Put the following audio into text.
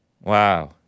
Wow